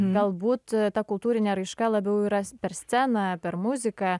galbūt ta kultūrinė raiška labiau yra s per sceną per muziką